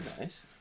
nice